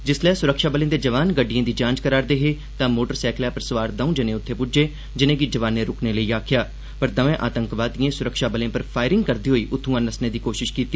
जिसलै सुरक्षाबले दे जवान गड़िडए दी जांच करा'रदे हे तां मोटरसैकलै पर सोआर दौं जने उत्थे पूज्जे जिनें'गी जवाने रूकने लेई आखेआ पर दवै आतंकवादीए सुरक्षाबलें पर फायरिंग करदे होई उत्थुआं नस्सने दी कोशश कीती